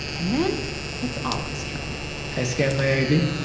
and then it's alim's turn i scan my id.